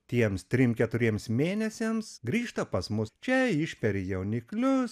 tiems trim keturiem mėnesiams grįžta pas mus čia išperi jauniklius